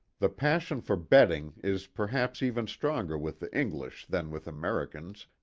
the passion for betting is perhaps even stronger with the english than with americans,